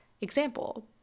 example